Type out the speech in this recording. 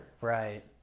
Right